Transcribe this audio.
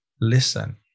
listen